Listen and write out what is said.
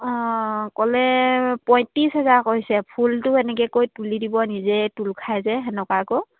অঁ ক'লে পঁয়ত্ৰিছ হেজাৰ কৈছে ফুলটো এনেকেকৈ তুলি দিব নিজে তোল খাই যায় সেনেকুৱাকৈ